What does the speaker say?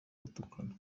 gutukana